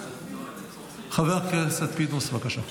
חבר הכנסת פינדרוס, בבקשה.